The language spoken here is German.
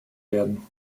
werden